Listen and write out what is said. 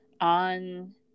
on